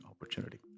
opportunity